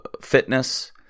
fitness